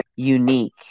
unique